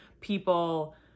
people